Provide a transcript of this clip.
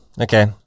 Okay